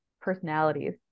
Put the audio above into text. personalities